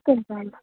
తెలుసా